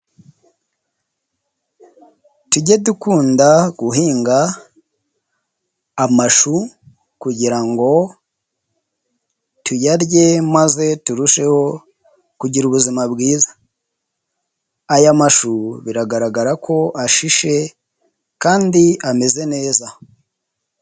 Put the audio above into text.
Tuge dukunda guhinga amashu kugirango tuyarye maze turusheho kugira ubuzima bwiza. Aya mashu biragaragara ko ashishe kandi ameze neza.